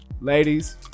ladies